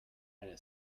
eine